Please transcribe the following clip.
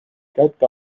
kätte